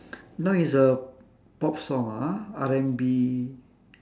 now is a pop song ah R&B